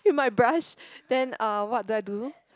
with my brush then uh what do I do